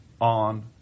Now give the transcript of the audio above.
on